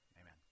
amen